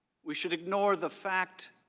we should ignore the fact